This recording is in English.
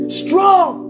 strong